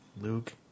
Luke